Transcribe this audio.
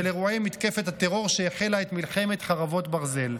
אירועי מתקפת הטרור שהחלה את מלחמת חרבות ברזל.